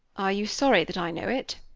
are you sorry that i know it?